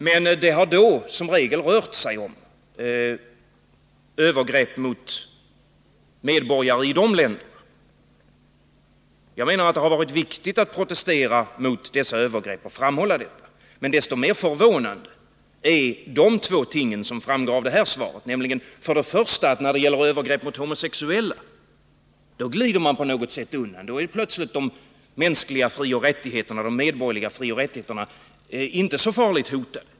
Men det har då som regel rört sig om övergrepp mot medborgare i andra länder. Jag menar att det varit viktigt att protestera mot sådana övergrepp och hålla fram dessa. Men desto mera förvånande är det då att utrikesministern, som framgår av hans svar, när det gäller övergrepp mot homosexuella på något sätt glider undan. Då är plötsligt de mänskliga och medborgerliga frioch rättigheterna inte så farligt hotade.